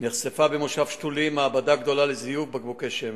נחשפה במושב שתולים מעבדה גדולה לזיוף בקבוקי שמן.